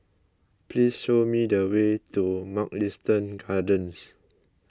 please show me the way to Mugliston Gardens